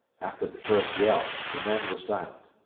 after the first yell, the men were silent.